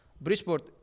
bridgeport